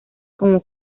como